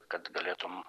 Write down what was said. kad galėtum